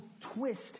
twist